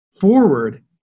forward